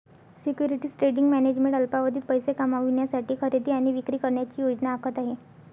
securities trading management अल्पावधीत पैसे कमविण्यासाठी खरेदी आणि विक्री करण्याची योजना आखत आहे